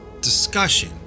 discussion